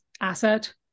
asset